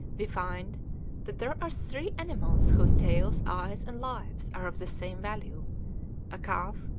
we find that there are three animals whose tails, eyes, and lives are of the same value a calf,